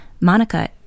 Monica